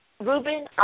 Ruben